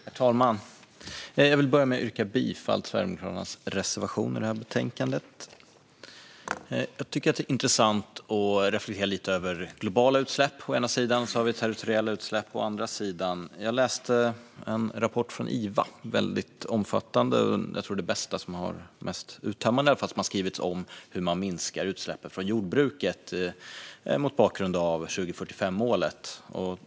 Herr talman! Jag vill börja med att yrka bifall till Sverigedemokraternas reservation i betänkandet. Jag tycker att det är intressant att reflektera lite över globala utsläpp å ena sidan och territoriella utsläpp å andra sidan. Jag läste en rapport från IVA, som är väldigt omfattande och jag tror det mest uttömmande som har skrivits om hur man minskar utsläppen från jordbruket mot bakgrund av 2045-målet.